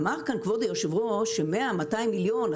אמר כאן כבוד היושב-ראש 200-100 מיליון.